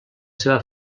seva